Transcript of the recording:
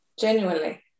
Genuinely